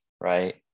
right